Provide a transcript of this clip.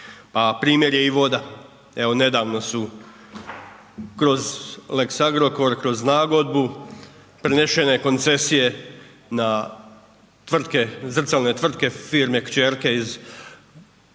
primjer je i voda. Evo nedavno su kroz lex Agrokor, kroz nagodbu prenešene koncesije na tvrtke, zrcalne tvrtke firme kćerke iz grupe